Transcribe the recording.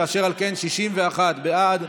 ואשר על כן, 61 בעד,